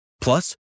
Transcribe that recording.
Plus